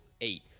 eight